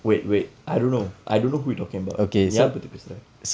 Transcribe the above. wait wait I don't know I don't know who you're talking about யார் பற்றி பேசுற:yaar patri paesura